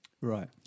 Right